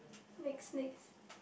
late snacks